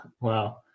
wow